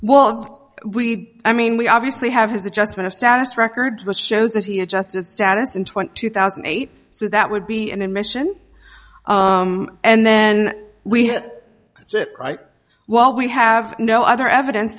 well we i mean we obviously have his adjustment of status records which shows that he adjusted status in twenty two thousand and eight so that would be an admission and then we sit right while we have no other evidence